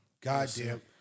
Goddamn